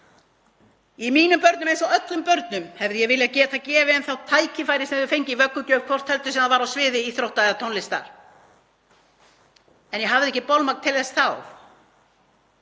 Mínum börnum eins og öllum börnum hefði ég viljað geta gefið það tækifæri sem þau fengu í vöggugjöf, hvort heldur sem það var á sviði íþrótta eða tónlistar, en ég hafði ekki bolmagn til þess þá.